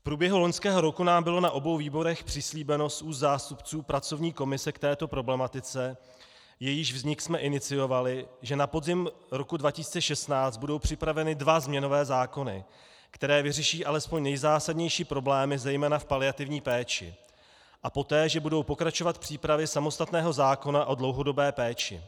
V průběhu loňského roku nám bylo na obou výborech přislíbeno z úst zástupců pracovní komise k této problematice, jejíž vznik jsme iniciovali, že na podzim roku 2016 budou připraveny dva změnové zákony, které vyřeší alespoň nejzásadnější problémy zejména v paliativní péči, a poté že budou pokračovat přípravy samostatného zákona o dlouhodobé péči.